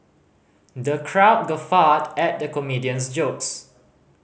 the crowd guffawed at the comedian's jokes